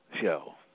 show